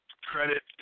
credit